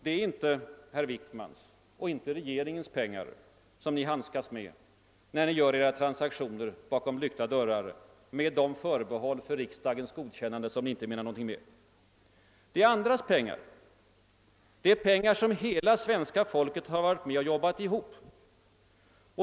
Det är inte herr Wickmans och inte regeringens pengar, som ni handskas med när ni gör era transaktioner bakom lyckta dörrar med de förbehåll för riksdagens godkännande som ni inte menar något med. Det är andras pengar, pengar som hela svenska folket har varit med om att jobba ihop.